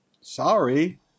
Sorry